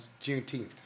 Juneteenth